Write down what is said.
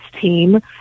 team